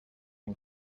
and